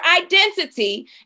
identity